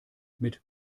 mit